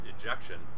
ejection